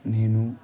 నేను